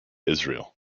israel